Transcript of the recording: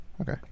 Okay